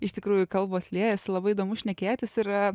iš tikrųjų kalbos liejasi labai įdomu šnekėtis ir